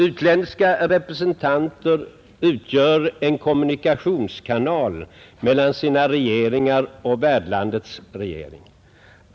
Utländska representanter utgör en kommunikationskanal mellan sina regeringar och värdlandets regering.